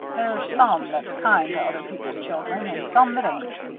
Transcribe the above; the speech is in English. there's some that's kind to other people's children and some that ain't.